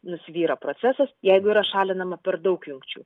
nusvyra procesas jeigu yra šalinama per daug jungčių